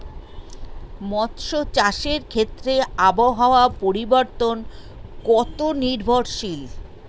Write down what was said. মৎস্য চাষের ক্ষেত্রে আবহাওয়া পরিবর্তন কত নির্ভরশীল?